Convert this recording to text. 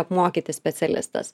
apmokyti specialistas